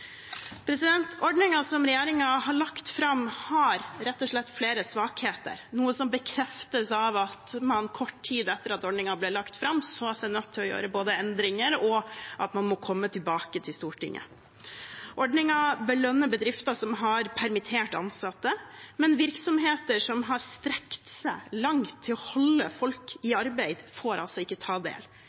som regjeringen har lagt fram, har rett og slett flere svakheter, noe som bekreftes av at man kort tid etter at ordningen ble lagt fram, så seg nødt til å gjøre endringer, og at man må komme tilbake til Stortinget. Ordningen belønner bedrifter som har permittert ansatte, men virksomheter som har strukket seg langt i å holde folk i arbeid, får altså ikke ta del.